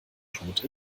tot